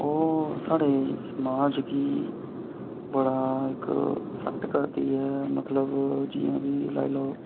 ओह् साढ़े समाज गी बड़ा इक्क इफैक्ट करदी ऐ मतलब जि'यां कि लाई लैओ